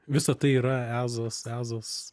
visa tai yra ezos ezos